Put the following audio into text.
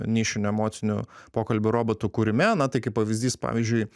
nišinių emocinių pokalbių robotų kūrime na tai kaip pavyzdys pavyzdžiui